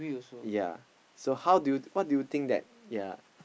ya so how do you what do you think that ya